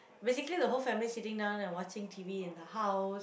basically the whole family sitting down and watching T_V in the house